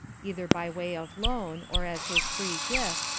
either by way of loan, or as his free gift,